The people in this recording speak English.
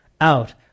out